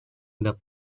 the